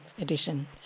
edition